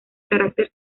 carácter